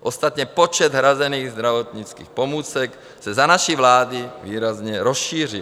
Ostatně počet hrazených zdravotnických pomůcek se za naší vlády výrazně rozšířil.